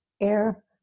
air